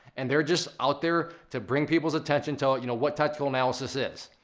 and they're just out there to bring people's attention to, you know, what technical analysis is.